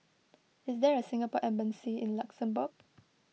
is there a Singapore Embassy in Luxembourg